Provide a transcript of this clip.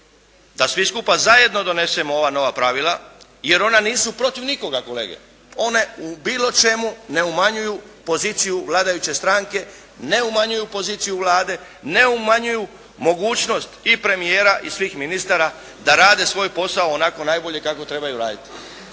da svi skupa zajedno donesemo ova nova pravila jer ona nisu protiv nikoga kolege. One u bilo čemu ne umanjuju poziciju vladajuće stranke, ne umanjuju poziciju Vlade, ne umanjuju mogućnost i premijera i svih ministara da rade svoj posao onako najbolje kako trebaju raditi.